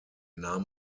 nahm